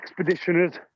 expeditioners